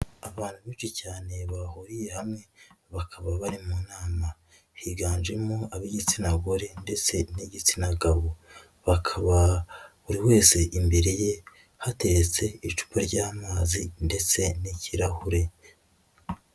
abantu benshi cyane bahuriye hamwe, bakaba bari mu nama, higanjemo ab'igitsina gore ndetse n'igitsina gabo, bakaba buri wese imbere ye hateretse icupa ry'amazi ndetse n'kirahure.